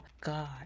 God